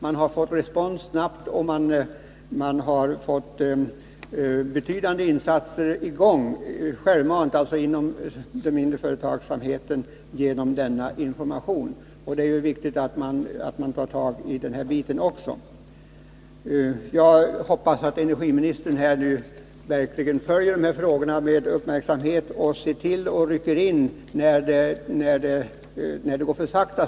Man har fått respons snabbt, och informationen har medfört att man inom den mindre företagsamheten självmant gjort betydande insatser på det här området. Det är viktigt att man tar tag i den här biten också. Jag hoppas att energiministern verkligen följer de här frågorna med uppmärksamhet och rycker in när det går för sakta.